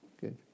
good